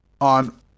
On